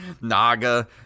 Naga